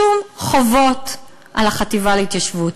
שום חובות על החטיבה להתיישבות.